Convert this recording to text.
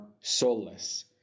soulless